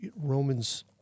Romans